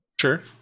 Sure